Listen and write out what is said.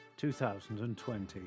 2020